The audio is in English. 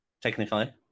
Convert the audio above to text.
technically